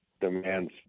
demands